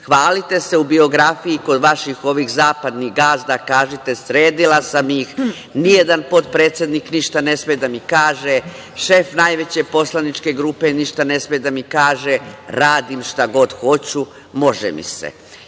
te se u biografiji kod ovih vaših zapadnih gazda – kažete sredila sam ih. Ni jedan potpredsednik ništa ne sme da mi kaže, šef najveće poslaničke grupe ništa ne sme da mi kaže, radim šta god hoću, može mi se.